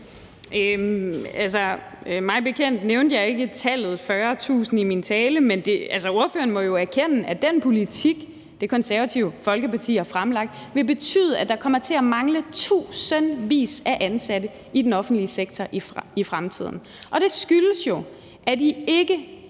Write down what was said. (EL): Mig bekendt nævnte jeg ikke tallet 40.000 i min tale, men ordføreren må jo altså erkende, at den politik, Det Konservative Folkeparti har fremlagt, vil betyde, at der kommer til at mangle tusindvis af ansatte i den offentlige sektor i fremtiden. Det skyldes jo, at I ikke